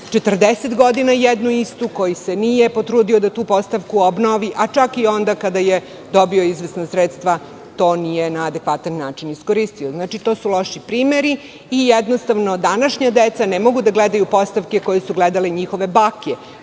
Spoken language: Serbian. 40 godina jednu istu postavku, koji se nije potrudio da tu postavku obnovi, čak i onda kada je dobio izvesna sredstva to nije na adekvatan način iskoristio. To su loši primeri i današnja deca ne mogu da gledaju postavke koje su gledale njihove bake.